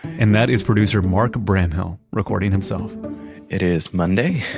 and that is producer mark bramhill, recording himself it is monday,